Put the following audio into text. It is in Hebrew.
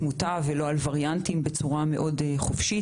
עם תמותה כמו התמונות שראינו באיטליה ובסין בתחילת